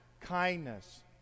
kindness